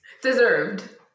deserved